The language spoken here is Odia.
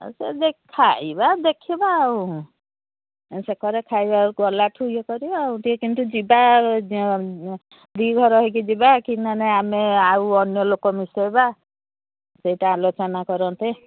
ସେ ଖାଇବା ଦେଖିବା ଆଉ ସେ କରେ ଖାଇବା ଆ ଗଲାଠୁ ଇଏ କରିବା ଆଉ ଟିକେଏ କିନ୍ତୁ ଯିବା ଦିଘର ହେଇକି ଯିବା କି ନାନେ ଆମେ ଆଉ ଅନ୍ୟ ଲୋକ ମିଶେଇବା ସେଇଟା ଆଲୋଚନା କରନ୍ତେ